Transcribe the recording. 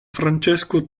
francesco